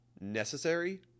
necessary